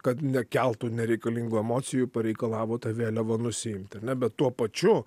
kad nekeltų nereikalingų emocijų pareikalavo tą vėliavą nusiimti ar ne bet tuo pačiu